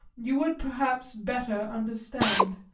you would perhaps better understand.